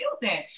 building